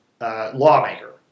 lawmaker